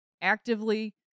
actively